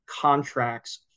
contracts